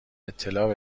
اطلاع